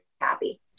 happy